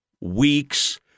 weeks